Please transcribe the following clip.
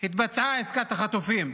התבצעה עסקת החטופים.